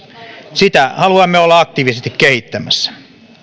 sitä haluamme olla aktiivisesti kehittämässä